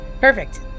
Perfect